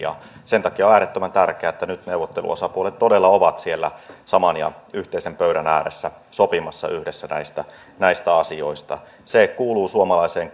sen takia on äärettömän tärkeätä että nyt neuvotteluosapuolet todella ovat siellä saman ja yhteisen pöydän ääressä sopimassa yhdessä näistä näistä asioista se kuuluu suomalaiseen